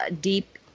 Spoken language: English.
deep